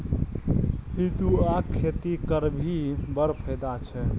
सितुआक खेती करभी बड़ फायदा छै